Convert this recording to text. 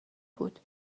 بود